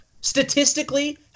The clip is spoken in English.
statistically